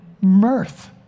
mirth